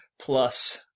Plus